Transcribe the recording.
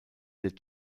der